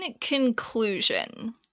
conclusion